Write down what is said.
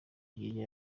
hirya